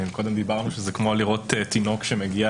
קודם אמרנו שזה כמו לראות תינוק שמגיע